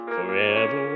Forever